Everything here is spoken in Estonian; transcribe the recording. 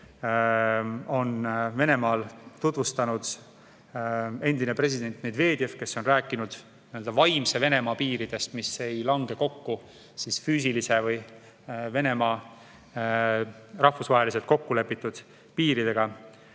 on Venemaal tutvustanud endine president Medvedev, kes on rääkinud nii-öelda vaimse Venemaa piiridest, mis ei lange kokku füüsiliste või Venemaaga rahvusvaheliselt kokku lepitud piiridega.